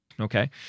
okay